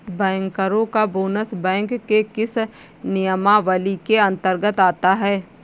बैंकरों का bonus bank के किस नियमावली के अंतर्गत आता है?